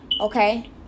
okay